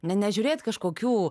ne nežiūrėt kažkokių